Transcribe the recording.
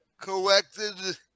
collected